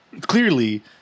clearly